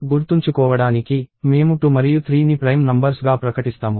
గుర్తుంచుకోవడానికి మేము 2 మరియు 3 ని ప్రైమ్ నంబర్స్ గా ప్రకటిస్తాము